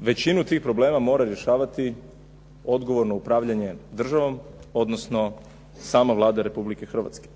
Većinu tih problema mora rješavati odgovorno upravljanje državom, odnosno sama Vlada Republike Hrvatske.